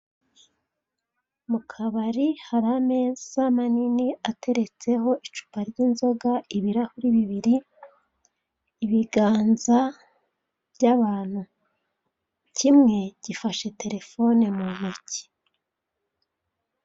Mu kabari hari ameza manini ateretseho icupa ry'inzoga, ibirahuri bibiri, ibiganza by'abantu. Kimwe gifashe telefone mu ntoki.